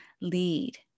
lead